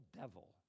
devil